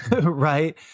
right